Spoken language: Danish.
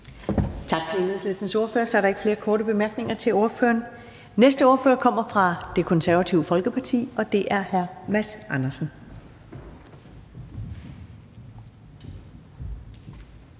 Tak til Enhedslistens ordfører. Så er der ikke flere korte bemærkninger til ordføreren. Den næste ordfører kommer fra Det Konservative Folkeparti, og det er hr. Mads Andersen.